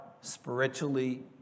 spiritually